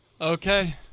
Okay